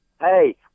Hey